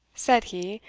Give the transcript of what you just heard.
said he,